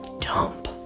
dump